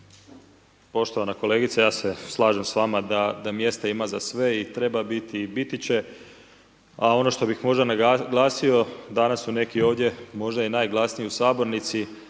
Poštovana kolegice, ja se slažem s vama da mjesta za sve i treba biti i biti će, a ono što bi možda naglasio, danas su neki ovdje možda i najglasniji u sabornici